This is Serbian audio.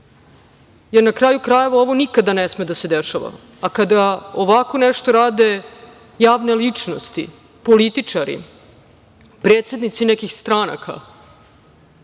jer na kraju krajeva, ovo nikada ne sme da se dešava. Kada ovako nešto rade javne ličnosti, političari, predsednici nekih stranaka,